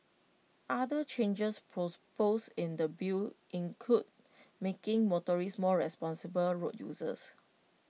other changes pros posed in the bill include making motorists more responsible road users